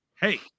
hey